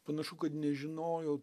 panašu kad nežinojo